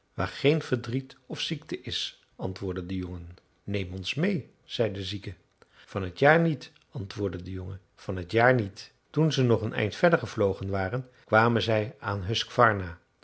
waar geen verdriet of ziekte is antwoordde de jongen neem ons mee zei de zieke van t jaar niet antwoordde de jongen van t jaar niet toen ze nog een eind verder gevlogen waren kwamen zij aan